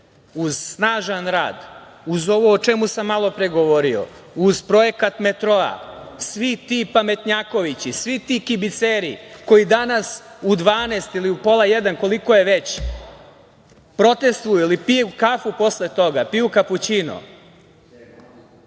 uz snažan rad, uz ovo o čemu sam malopre govorio, uz projekat metroa… Svi ti pametnjakovići, svi ti kibiceri koji danas u 12.00 ili u 12.30 časova, koliko je već, protestvuju ili piju kafu posle toga, piju kapućino,